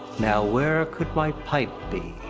now where could my pipe be?